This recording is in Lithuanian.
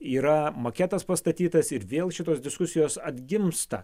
yra maketas pastatytas ir vėl šitos diskusijos atgimsta